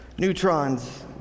Neutrons